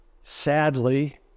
sadly